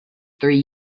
three